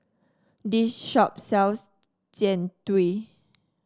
this shop sells Jian Dui